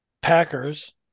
Packers